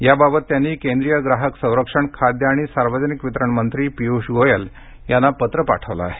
याबाबत त्यांनी केंद्रीय ग्राहक संरक्षण खाद्य आणि सार्वजनिक वितरण मंत्री पियुष गोयल यांना पत्र पाठवलं आहे